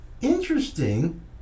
interesting